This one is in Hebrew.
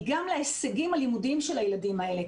גם להישגים הלימודיים של הילדים האלה,